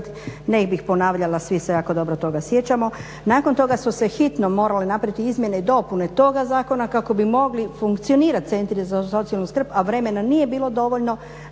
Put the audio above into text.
Ne bih ponavljala, svi se jako dobro toga sjećamo. Nakon toga su se hitno morale napraviti izmjene i dopune toga zakona kako bi mogli funkcionirat centri za socijalnu skrb, a vremena nije bilo dovoljno